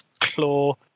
claw